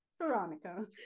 veronica